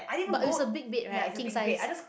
but it's a big bed right king size